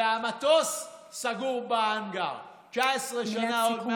והמטוס סגור בהאנגר 19 שנה.